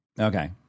Okay